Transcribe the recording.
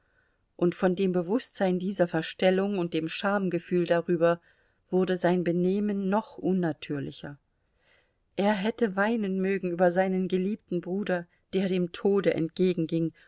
und von dem bewußtsein dieser verstellung und dem schamgefühl darüber wurde sein benehmen noch unnatürlicher er hätte weinen mögen über seinen geliebten bruder der dem tode entgegenging